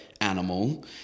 animal